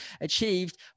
achieved